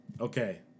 Okay